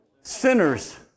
Sinners